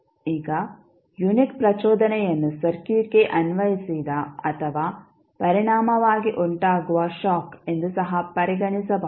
ಈಗ ಯುನಿಟ್ ಪ್ರಚೋದನೆಯನ್ನು ಸರ್ಕ್ಯೂಟ್ಗೆ ಅನ್ವಯಿಸಿದ ಅಥವಾ ಪರಿಣಾಮವಾಗಿ ಉಂಟಾಗುವ ಷಾಕ್ ಎಂದು ಸಹ ಪರಿಗಣಿಸಬಹುದು